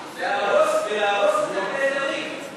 בלהרוס אתם נהדרים.